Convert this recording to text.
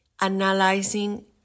analyzing